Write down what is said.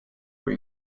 were